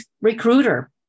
recruiter